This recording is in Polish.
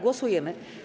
Głosujemy.